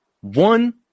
one